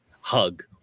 hug